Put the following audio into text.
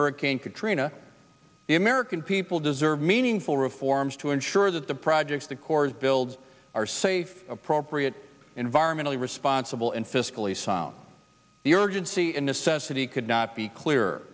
hurricane katrina the american people deserve meaningful reforms to ensure that the projects the corps builds are safe appropriate environmentally responsible and fiscally sound the urgency and necessity could not be clearer